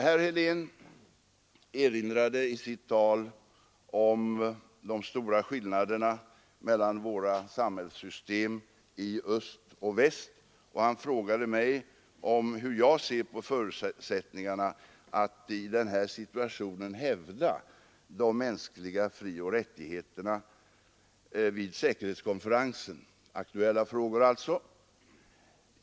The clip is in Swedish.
I sitt tal erinrade herr Helén om de stora skillnaderna mellan samhällssystemen i öst och väst, och han frågade mig hur jag ser på förutsättningarna att i den här situationen hävda de mänskliga frioch rättigheterna vid säkerhetskonferensen — aktuella frågor, alltså.